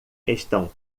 estão